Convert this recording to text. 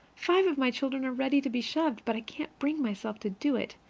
five of my children are ready to be shoved, but i can't bring myself to do it.